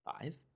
Five